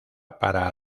para